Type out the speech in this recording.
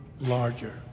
larger